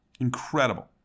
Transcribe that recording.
Incredible